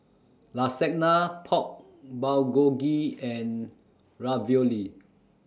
Lasagna Pork Bulgogi and Ravioli